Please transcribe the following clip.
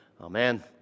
amen